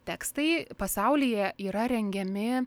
tekstai pasaulyje yra rengiami